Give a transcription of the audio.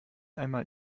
einmal